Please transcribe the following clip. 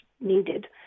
needed